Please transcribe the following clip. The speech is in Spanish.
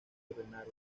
ordenar